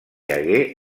hagué